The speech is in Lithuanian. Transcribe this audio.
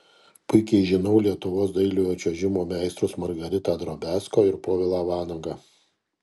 puikiai žinau lietuvos dailiojo čiuožimo meistrus margaritą drobiazko ir povilą vanagą